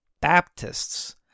Baptists